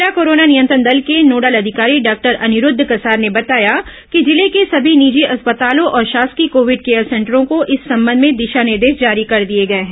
जिला कोरोना नियंत्रण दल के नोडल अधिकारी डॉक्टर अनिरूद्व कसार ने बताया कि जिले के सभी निजी अस्पतालों और शासकीय कोविड केयर सेंटरों को इस संबंध में दिशा निर्देश जारी कर दिए गए हैं